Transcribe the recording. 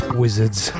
wizards